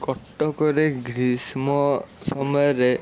କଟକରେ ଗ୍ରୀଷ୍ମ ସମୟରେ